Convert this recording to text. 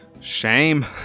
shame